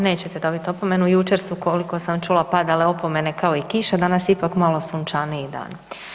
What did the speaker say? Nećete dobiti opomenu, jučer su, koliko sam čula, padale opomene kao i kiša, danas ipak malo sunčaniji dan.